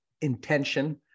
intention